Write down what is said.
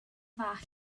fach